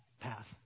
path